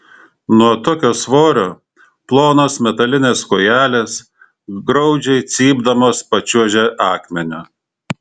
nuo tokio svorio plonos metalinės kojelės graudžiai cypdamos pačiuožė akmeniu